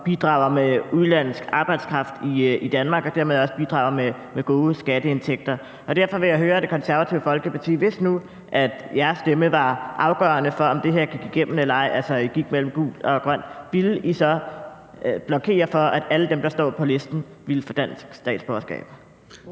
som bidrager med udenlandsk arbejdskraft i Danmark og dermed også bidrager med gode skatteindtægter. Derfor vil jeg høre Det Konservative Folkeparti: Hvis nu jeres stemme – altså om den gik mellem gult og grønt – var afgørende for, om det her gik igennem eller ej, ville I så blokere for, at alle dem, der står på listen, ville få dansk statsborgerskab?